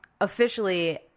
officially